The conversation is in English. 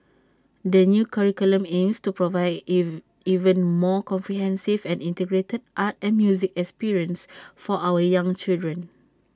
the new curriculum aims to provide an even more comprehensive and integrated art and music experience for our young children